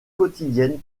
quotidienne